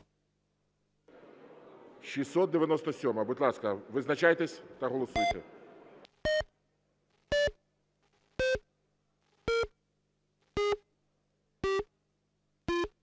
697-а. Будь ласка, визначайтеся та голосуйте.